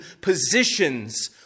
positions